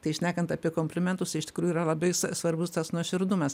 tai šnekant apie komplimentus tai iš tikrųjų yra labai s svarbus tas nuoširdumas